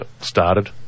Started